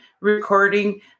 recording